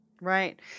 Right